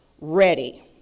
ready